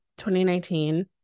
2019